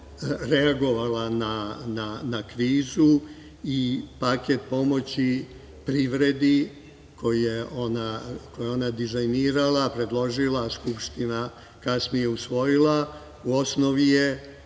reagovala na krizu i paket pomoći privredi, koje je ona dizajnirala, predložila Skupština, kasnije usvojila, u osnovi je